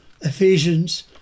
Ephesians